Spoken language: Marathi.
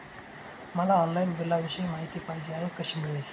मला ऑनलाईन बिलाविषयी माहिती पाहिजे आहे, कशी मिळेल?